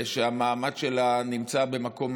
שהמעמד שלה נמצא במקום,